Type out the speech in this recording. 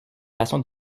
façon